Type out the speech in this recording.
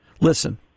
Listen